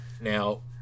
Now